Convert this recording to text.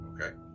Okay